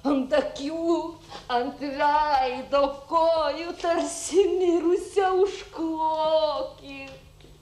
ant akių ant veido kojų tarsi mirusią užkloki